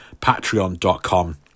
Patreon.com